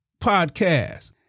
podcast